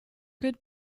good